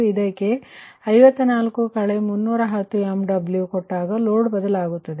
ಅದಕ್ಕೆ 54 310 MW ಕೊಟ್ಟಾಗ load ಬದಲಾಗುತ್ತದೆ